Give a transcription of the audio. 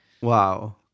wow